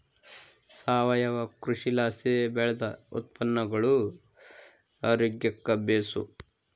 ಸಾವಯವ ಕೃಷಿಲಾಸಿ ಬೆಳ್ದ ಉತ್ಪನ್ನಗುಳು ಆರೋಗ್ಯುಕ್ಕ ಬೇಸು